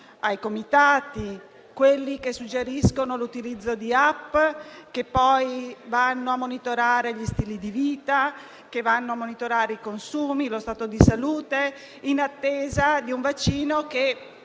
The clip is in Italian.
ai comitati? Quelli che suggeriscono l'utilizzo di *app* che poi vanno a monitorare gli stili di vita, i consumi e lo stato di salute, in attesa di un vaccino che